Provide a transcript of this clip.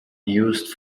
used